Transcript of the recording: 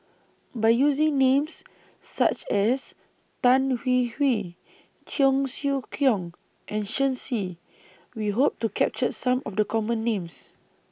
By using Names such as Tan Hwee Hwee Cheong Siew Keong and Shen Xi We Hope to capture Some of The Common Names